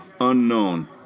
unknown